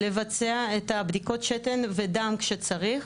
לבצע את הבדיקות שתן ודם כשצריך,